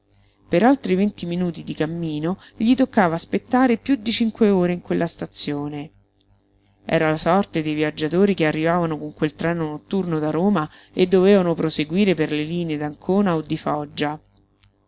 per altri venti minuti di cammino gli toccava aspettare piú di cinque ore in quella stazione era la sorte dei viaggiatori che arrivavano con quel treno notturno da roma e dovevano proseguire per le linee d'ancona o di foggia